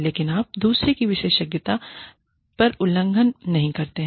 लेकिन आप दूसरे की विशेषज्ञता पर उल्लंघन नहीं करते हैं